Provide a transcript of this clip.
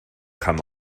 kam